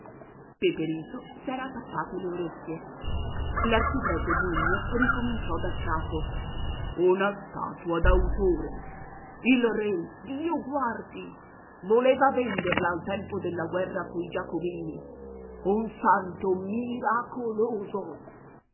libertino peperito s'era tappate le orecchie l'arciprete bugno ricominciò daccapo una statua d'autore il re dio guardi voleva venderla al tempo della guerra coi giacobini un santo miracoloso